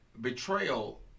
Betrayal